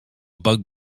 bug